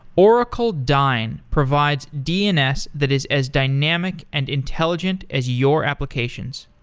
oracle dyn provides dns that is as dynamic and intelligent as your applications.